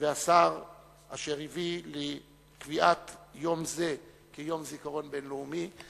והשר אשר הביא לקביעת יום זה כיום זיכרון בין-לאומי,